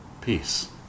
peace